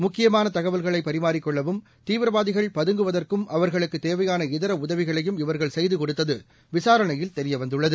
முக்கியமானதகவல்களைபரிமாறிக் கொள்ளவும் தீவிரவாதிகள் பதுங்குவதற்கும் அவா்களுக்குதேவையான இதரஉதவிகளையும் இவா்கள் செய்துகொடுத்ததுவிசாரணையில் தெரியவந்துள்ளது